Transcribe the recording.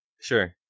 Sure